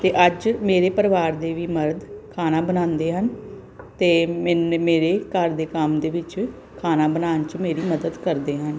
ਅਤੇ ਅੱਜ ਮੇਰੇ ਪਰਿਵਾਰ ਦੇ ਵੀ ਮਰਦ ਖਾਣਾ ਬਣਾਉਂਦੇ ਹਨ ਅਤੇ ਮੇ ਮੇਰੇ ਘਰ ਦੇ ਕੰਮ ਦੇ ਵਿੱਚ ਖਾਣਾ ਬਣਾਉਣ 'ਚ ਮੇਰੀ ਮਦਦ ਕਰਦੇ ਹਨ